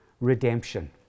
redemption